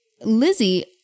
Lizzie